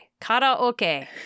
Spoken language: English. Karaoke